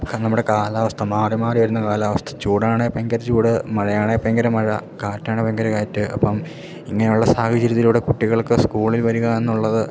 നമ്മുടെ കാലാവസ്ഥ മാറി മാറി വരുന്ന കാലാവസ്ഥ ചൂടാണേ ഭയങ്കര ചൂട് മഴയാണേ ഭയങ്കര മഴ കാറ്റണേ ഭയങ്കര കാറ്റ് അപ്പം ഇങ്ങനെ ഉള്ള സാഹചര്യത്തിലൂടെ കുട്ടികൾക്ക് സ്കൂളിൽ വരിക എന്നുള്ളത്